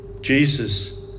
jesus